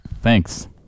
Thanks